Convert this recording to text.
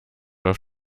auf